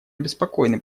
обеспокоены